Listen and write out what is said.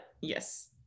yes